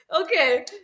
Okay